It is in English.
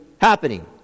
happening